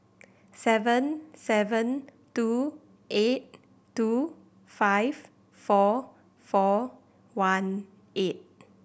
seven seven two eight two five four four one eight